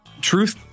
truth